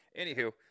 Anywho